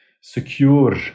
secure